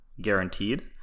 guaranteed